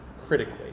critically